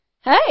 Hey